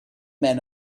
men